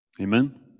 Amen